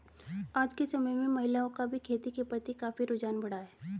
आज के समय में महिलाओं का भी खेती के प्रति काफी रुझान बढ़ा है